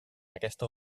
aquesta